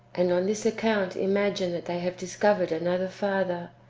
and on this account imagine that they have discovered another father,